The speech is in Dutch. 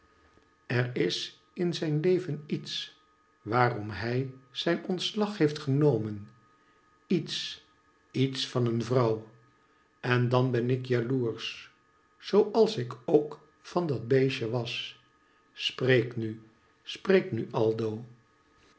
er is in zijn leven iets waarom hij zijn ontslag heeft genomen iets iets van een vrouw en dan ben ik jaloersch zoo als ik ook van dat beestje was spreek nu spreek nu aldo